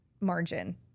margin